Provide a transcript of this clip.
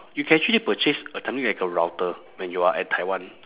you can actually purchase a something like a router when you are at taiwan